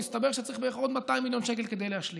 והסתבר שצריך עוד בערך 200 מיליון שקל כדי להשלים.